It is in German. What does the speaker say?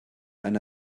einer